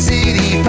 City